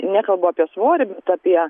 nekalbu apie svorį bet apie